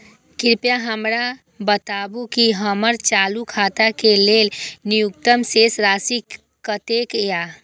कृपया हमरा बताबू कि हमर चालू खाता के लेल न्यूनतम शेष राशि कतेक या